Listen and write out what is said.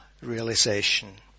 realization